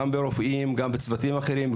גם ברופאים וגם בצוותים אחרים,